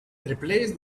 replace